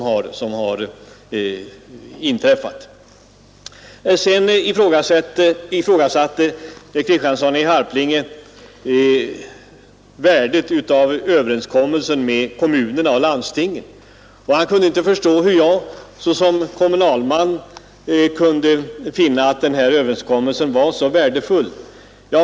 Herr Kristiansson i Harplinge ifrågasatte värdet av överenskommelsen med kommunerna och landstingen, och han kunde inte förstå hur jag såsom kommunalman kunde finna överenskommelsen så värdefull.